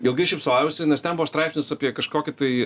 ilgai šypsojausi nes ten buvo straipsnis apie kažkokį tai